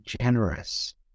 generous